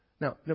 Now